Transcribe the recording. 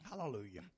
Hallelujah